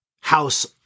house